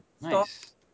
Nice